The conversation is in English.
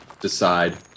decide